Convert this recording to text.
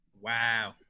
Wow